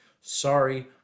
Sorry